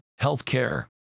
healthcare